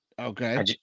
Okay